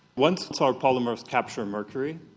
once our polymers capture mercury,